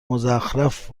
مزخرف